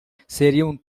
seriam